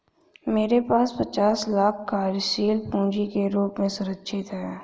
मेरे पास पचास लाख कार्यशील पूँजी के रूप में सुरक्षित हैं